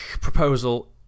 proposal